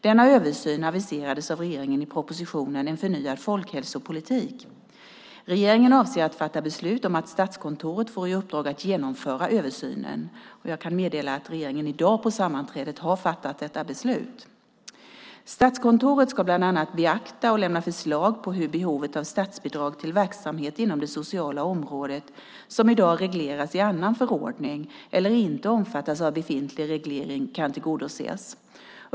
Denna översyn aviserades av regeringen i propositionen En förnyad folkhälsopolitik . Regeringen avser att fatta beslut om att Statskontoret får i uppdrag att genomföra översynen. Och jag kan meddela att regeringen i dag på sammanträdet har fattat detta beslut. Statskontoret ska bland annat beakta och lämna förslag på hur behovet av statsbidrag till verksamhet inom det sociala området som i dag regleras i annan förordning eller inte omfattas av befintlig reglering kan tillgodoses.